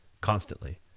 constantly